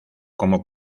como